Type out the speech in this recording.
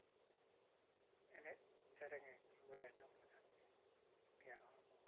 ᱮᱱᱮᱡ ᱥᱮᱨᱮᱧᱮ ᱨᱩᱭ ᱟᱸᱡᱚᱢ ᱞᱮᱠᱷᱟᱱ ᱜᱮ ᱩᱱᱤᱭᱟᱜ ᱦᱚᱲᱢᱚ